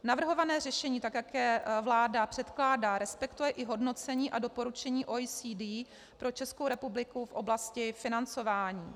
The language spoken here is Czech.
Navrhované řešení, tak jak je vláda předkládá, respektuje i hodnocení a doporučení OECD pro Českou republiku v oblasti financování.